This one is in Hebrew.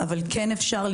אחד ישן עם נזילות,